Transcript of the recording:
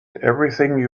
everything